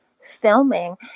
filming